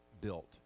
built